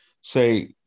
say